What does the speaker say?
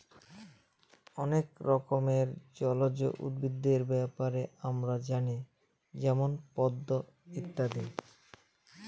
অনেক রকমের জলজ উদ্ভিদের ব্যাপারে আমরা জানি যেমন পদ্ম ইত্যাদি